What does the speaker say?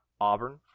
Auburn